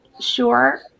sure